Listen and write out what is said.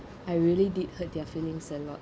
I really did hurt their feelings a lot